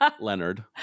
Leonard